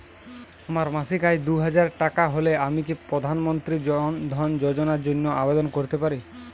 আমার মাসিক আয় দুহাজার টাকা হলে আমি কি প্রধান মন্ত্রী জন ধন যোজনার জন্য আবেদন করতে পারি?